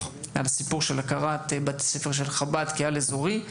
על הסיפור של ההכרה בבתי ספר של חב"ד כעל-אזוריים,